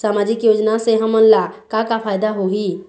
सामाजिक योजना से हमन ला का का फायदा होही?